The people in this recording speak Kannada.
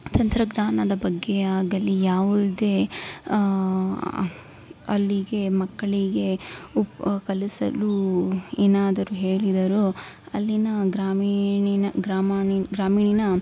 ತಂತ್ರಜ್ಞಾನದ ಬಗ್ಗೆ ಆಗಲಿ ಯಾವುದೇ ಅಲ್ಲಿಗೆ ಮಕ್ಕಳಿಗೆ ಉಪ್ ಕಲಿಸಲೂ ಏನಾದರು ಹೇಳಿದರೂ ಅಲ್ಲಿನ ಗ್ರಾಮೀಣನ ಗ್ರಾಮಾಣಿನ್ ಗ್ರಾಮೀಣನ